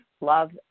love